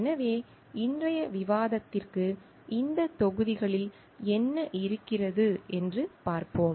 எனவே இன்றைய விவாதத்திற்கு இந்த தொகுதிகளில் என்ன இருக்கிறது என்று பார்ப்போம்